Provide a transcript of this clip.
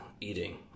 eating